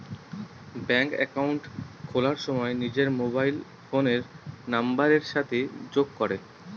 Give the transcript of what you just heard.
ব্যাঙ্কে একাউন্ট খোলার সময় নিজের মোবাইল ফোনের নাম্বারের সাথে যোগ করে